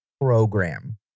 program